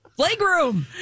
Legroom